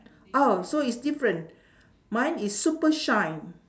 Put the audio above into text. oh so it's different mine is super shine